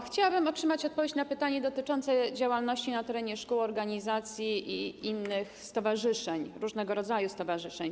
Chciałabym otrzymać odpowiedź na pytanie dotyczące działalności na terenie szkół organizacji i innych stowarzyszeń, różnego rodzaju stowarzyszeń.